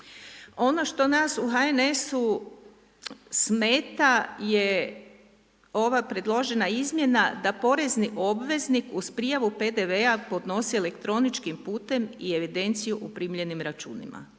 Ono što nas u HNS-u smeta je ova predložena izmjena da porezni obveznik uz prijavu PDV-a podnosi elektroničkim putem i evidenciju u primljenim računima.